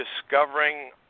discovering